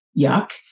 yuck